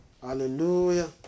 Hallelujah